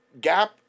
Gap